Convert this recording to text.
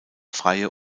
freie